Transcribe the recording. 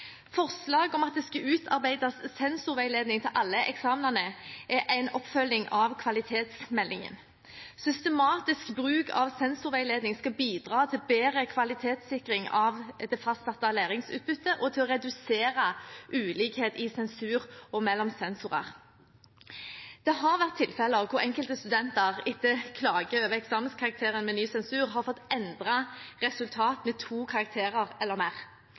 om at det skal utarbeides sensorveiledning til alle eksamener, er en oppfølging av kvalitetsmeldingen. Systematisk bruk av sensorveiledning skal bidra til bedre kvalitetssikring av det fastsatte læringsutbyttet, og til å redusere ulikhet i sensur og mellom sensorer. Det har vært tilfeller der enkelte studenter, etter klage over eksamenskarakter med ny sensur, har fått endret resultat med to karakterer eller mer.